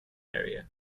area